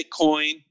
Bitcoin